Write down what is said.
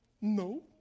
No